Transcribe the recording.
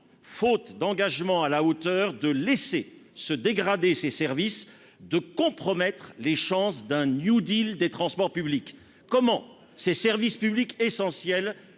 faute d'engagement à la hauteur de laisser se dégrader ses services de compromettre les chances d'un New Deal des transports publics, comment ces services publics essentiels